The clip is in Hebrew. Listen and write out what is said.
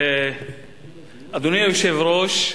אדוני היושב-ראש,